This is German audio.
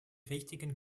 richtigen